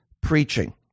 preaching